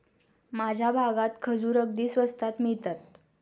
माझ्या भागात खजूर अगदी स्वस्तात मिळतात